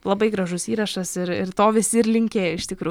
labai gražus įrašas ir ir to visi ir linkėjo iš tikrų